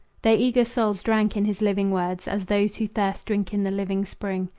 their eager souls drank in his living words as those who thirst drink in the living spring.